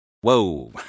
Whoa